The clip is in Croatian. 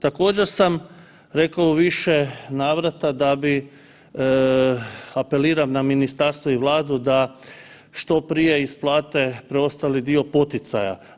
Također sam rekao u više navrata da bi, apeliram na ministarstvo i Vladu da što prije isplate preostali dio poticaja.